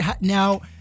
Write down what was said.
now